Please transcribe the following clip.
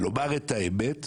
ולומר את האמת,